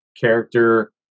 character